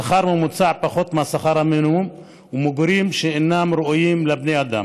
שכר ממוצע שהוא פחות משכר המינימום ומגורים שאינם ראויים לבני אדם.